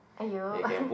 !aiyo!